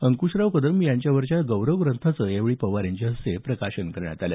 अंकूशराव कदम यांच्यावरच्या गौरवग्रंथाचं यावेळी पवार यांच्या हस्ते प्रकाशन करण्यात आलं